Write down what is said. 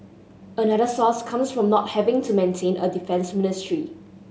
another source comes from not having to maintain a defence ministry